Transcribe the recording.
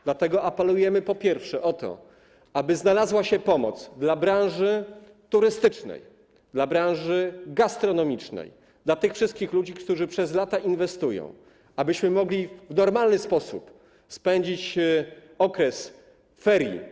Dlatego apelujemy, po pierwsze, o to, aby znalazła się pomoc dla branży turystycznej, dla branży gastronomicznej, dla tych wszystkich ludzi, którzy przez lata inwestują, abyśmy mogli w normalny sposób spędzić okres ferii.